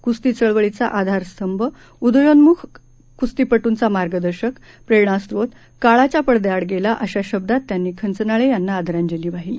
कुस्ती चळवळीचा आधारस्तंभ उदयोन्मुख कुस्तीपटूंचा मार्गदर्शक प्रेरणास्रोत काळाच्या पडद्याआड गेला अशा शब्दात त्यांनी खंचनाळे यांना आदरांजली वाहिली